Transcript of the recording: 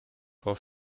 vor